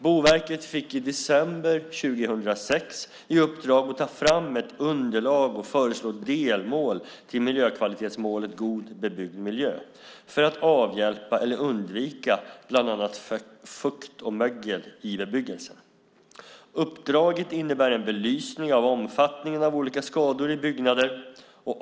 Boverket fick i december 2006 i uppdrag att ta fram ett underlag och föreslå delmål till miljökvalitetsmålet God bebyggd miljö för att avhjälpa eller undvika bland annat fukt och mögel i bebyggelsen. Uppdraget innebär en belysning av omfattningen av olika skador i byggnader.